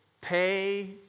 pay